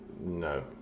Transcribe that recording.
no